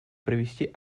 провести